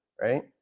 Right